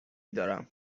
دارم